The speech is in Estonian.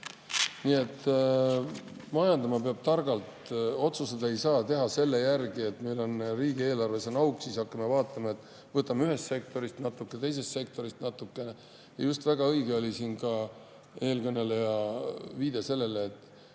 Nii et majandama peab targalt. Otsuseid ei saa teha nii, et kui meil on riigieelarves auk, siis hakkame vaatama, et võtame ühest sektorist natuke, teisest sektorist natuke. Väga õige oli eelkõneleja viide sellele, et